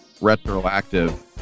Retroactive